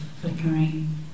flickering